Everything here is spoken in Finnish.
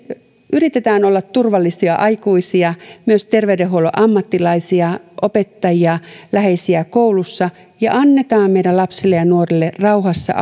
yritetään olla turvallisia aikuisia myös terveydenhuollon ammattilaisia opettajia läheisiä koulussa ja annetaan meidän lapsille ja nuorille rauhassa